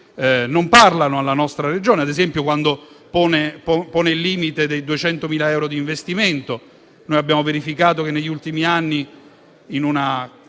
non parlano alla nostra Regione, ad esempio quando pone il limite dei 200.000 euro di investimento. Noi abbiamo verificato che negli ultimi anni, in un